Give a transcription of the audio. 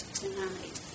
tonight